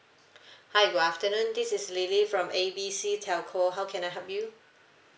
hi good afternoon this is lily from A B C telco how can I help you